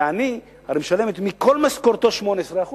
ועני משלם מכל משכורתו 18%,